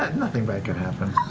nothing bad can happen.